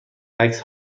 عکس